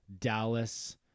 Dallas